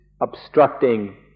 obstructing